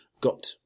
got